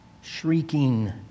shrieking